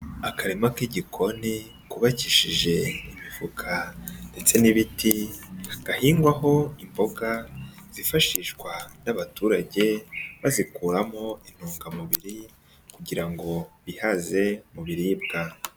Akarima k'igikoni kubakishije imifuka ndetse n'ibiti, gahingwaho imboga zifashishwa n'abaturage bazikuramo intungamubiri kugira ngo bihaze mu biribwa.